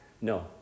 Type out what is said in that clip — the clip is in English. No